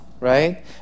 Right